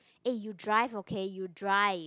eh you drive okay you drive